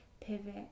pivot